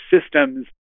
systems